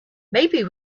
maybe